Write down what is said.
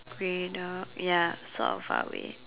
grey dog ya sort of uh red